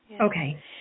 Okay